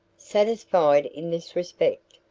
satisfied in this respect,